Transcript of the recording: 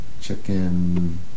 chicken